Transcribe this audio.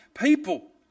people